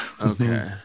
Okay